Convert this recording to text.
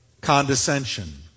condescension